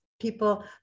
people